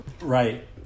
Right